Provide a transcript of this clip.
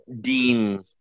Dean